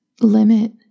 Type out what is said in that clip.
limit